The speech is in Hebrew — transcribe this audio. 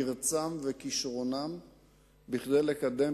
מרצם וכשרונם כדי לקדם